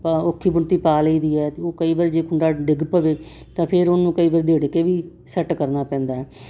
ਆਪਾਂ ਔਖੀ ਬੁਣਤੀ ਪਾ ਲਈ ਦੀ ਹੈ ਉਹ ਕਈ ਵਾਰ ਜੇ ਕੁੰਡਾ ਡਿੱਗ ਪਵੇ ਤਾਂ ਫਿਰ ਉਹਨੂੰ ਕਈ ਵਾਰ ਉਧੇੜ ਕੇ ਵੀ ਸੈੱਟ ਕਰਨਾ ਪੈਂਦਾ